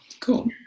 Cool